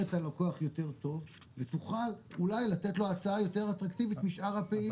את הלקוח יותר טוב ותוכל אולי לתת לו הצעה יותר אטרקטיבית משאר הפעילות.